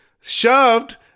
shoved